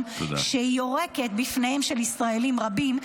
שיורקת בפניהם של ישראלים רבים,